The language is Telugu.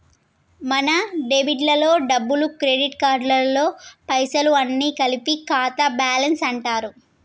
మన డెబిట్ లలో డబ్బులు క్రెడిట్ కార్డులలో పైసలు అన్ని కలిపి ఖాతా బ్యాలెన్స్ అంటారు